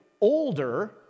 older